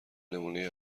نمونه